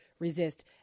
Resist